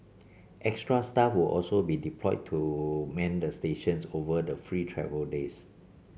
extra staff will also be deployed to man the stations over the free travel days